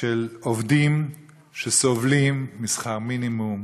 של עובדים שסובלים משכר מינימום,